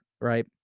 right